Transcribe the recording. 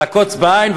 עקוץ בעין,